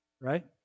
right